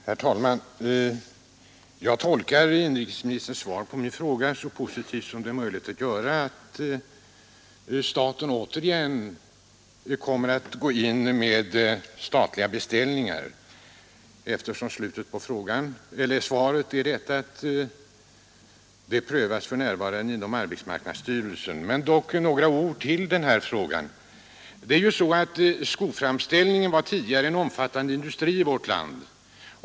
Herr talman! Jag tolkar inrikesministerns svar på min fråga så positivt som möjligt, att staten återigen kommer att gå in med statliga beställningar. I slutet på svaret säger ju inrikesministern att framställningar för närvarande prövas av arbetsmarknadsstyrelsen. Skoframställningen var tidigare en omfattande industri i vårt land.